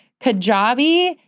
Kajabi